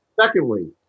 secondly